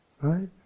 Right